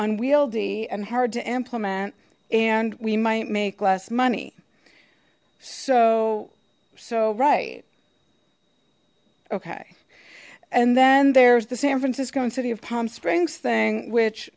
unwieldy and hard to implement and we might make less money so so right okay and then there's the san francisco and city of palm springs thing which